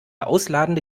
ausladende